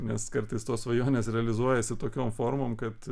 nes kartais tos svajonės realizuojasi tokiom formom kad